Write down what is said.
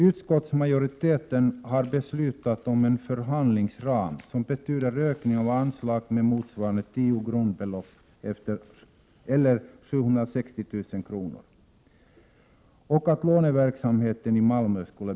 Utskottsmajoriteten har beslutat om en förhandlingsram som betyder ökning av anslagen motsvarande tio grundbelopp eller 760 000 kr., och bibehållande av låneverksamheten i Malmö.